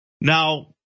Now